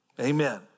Amen